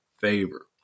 favor